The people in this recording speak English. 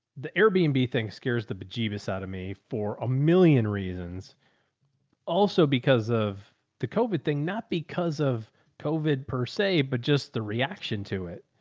the airbnb and thing scares the bejesus out of me for a million reasons also because of the covid thing, not because of covid per se, but just the reaction to it.